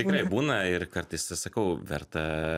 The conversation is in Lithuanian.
tikrai būna ir kartais sakau verta